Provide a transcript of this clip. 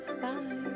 Bye